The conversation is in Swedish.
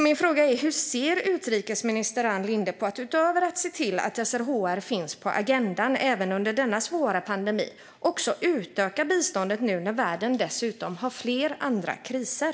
Min fråga är: Hur ser utrikesminister Ann Linde på att utöver att se till att SRHR finns på agendan även under denna svåra pandemi också utöka biståndet nu när världen dessutom har flera andra kriser?